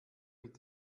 mit